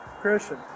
Christian